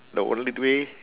the only way